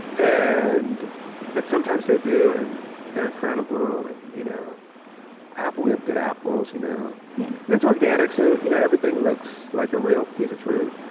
and but sometimes they do, and they're incredible. and you know we have good apples. you know yeah and it's organic, so you know everything looks like a real piece of fruit.